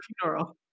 funeral